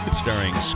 starring